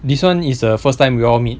this [one] is the first time we all meet